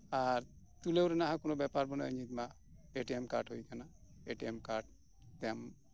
ᱟᱨ ᱛᱩᱞᱟᱹᱣ ᱨᱮᱱᱟᱜ ᱦᱚᱸ ᱠᱚᱱᱚ ᱵᱮᱯᱟᱨ ᱵᱟᱱᱩᱜᱼᱟ ᱱᱤᱛ ᱢᱟ ᱮ ᱴᱤ ᱮᱢ ᱠᱟᱨᱰ ᱦᱩᱭ ᱠᱟᱱᱟ ᱮ ᱴᱤ ᱮᱢ ᱠᱟᱨᱰ ᱛᱮᱢ